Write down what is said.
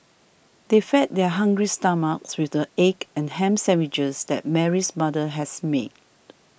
they fed their hungry stomachs with the egg and ham sandwiches that Mary's mother had made